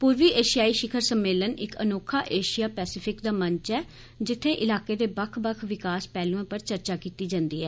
पूर्वी एशियाई शिखर सम्मेलन इक अनोखा एशिया पैसेफिक दा मंच ऐ जित्थै इलाके दे बक्ख बक्ख विकास पैहलुएं पर चर्चा कीत्ती जंदी ऐ